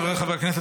חבריי חברי הכנסת,